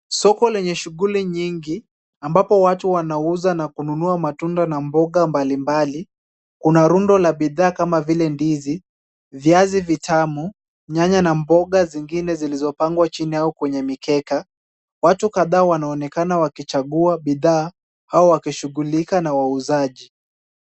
Soko lenye shughuli nyingi ambapo watu wanauza na kununua matunda na mboga mbalimbali .Kuna rundo la bidhaa kama vile ndizi. viazi vitamu, nyanya na mboga zingine zilizopangwa chini au kwenye mikeka .Watu kadhaa wanaonekana wakichagua bidhaa au wakishughulika na wauzaji.